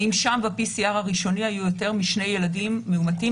האם שם ב-PCR הראשוני היו יותר משני ילדים מאומתים,